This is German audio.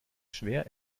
schwer